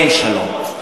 אין שלום.